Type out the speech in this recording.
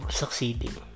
succeeding